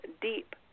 deep